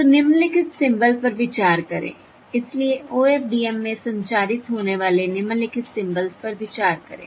तो निम्नलिखित सिंबल पर विचार करें इसलिए OFDM में संचारित होने वाले निम्नलिखित सिंबल्स पर विचार करें